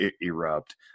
erupt